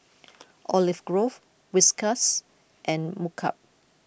Olive Grove Whiskas and Mkup